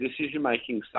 decision-making